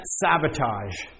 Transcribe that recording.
sabotage